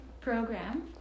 program